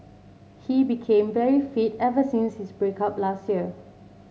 he became very fit ever since his break up last year